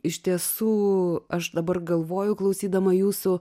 iš tiesų aš dabar galvoju klausydama jūsų